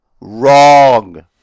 Wrong